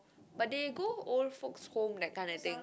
but they go old folks' home that kind of thing